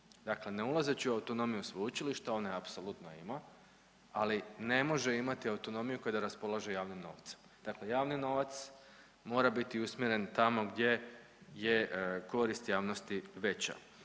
Dakle, ne ulazeći u autonomiju sveučilišta on je apsolutno ima, ali ne može imati autonomiju kad raspolaže javnim novcem. Dakle, javni novac mora biti usmjeren tamo gdje je korist javnosti veća.